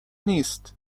نیست